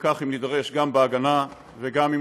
בשני קווים